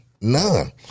none